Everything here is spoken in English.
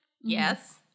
Yes